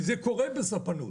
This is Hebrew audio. זה קורה בספנות